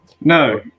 no